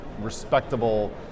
respectable